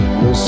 no